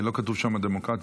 הרי לא כתוב שם "דמוקרטית",